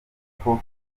kuko